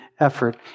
effort